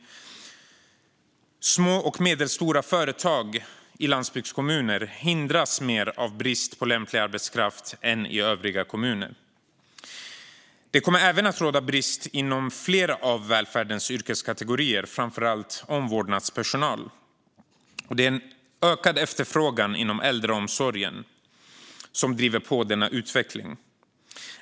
Små och medelstora företag i landsbygdskommuner hindras mer av brist på lämplig arbetskraft än i övriga kommuner. Det kommer även att råda brist inom flera av välfärdens yrkeskategorier, framför allt på omvårdnadspersonal. Det är främst ökad efterfrågan inom äldreomsorgen som driver på utvecklingen.